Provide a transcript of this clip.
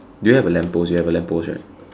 do you have a lamp post you have a lamp post right